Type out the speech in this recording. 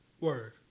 Word